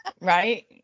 Right